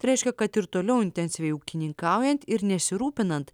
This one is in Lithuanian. tai reiškia kad ir toliau intensyviai ūkininkaujant ir nesirūpinant